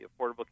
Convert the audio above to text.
Affordable